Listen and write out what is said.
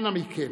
אנא מכם,